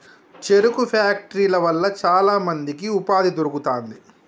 చెరుకు ఫ్యాక్టరీల వల్ల చాల మందికి ఉపాధి దొరుకుతాంది